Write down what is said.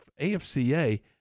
AFCA